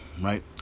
right